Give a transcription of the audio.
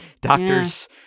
doctors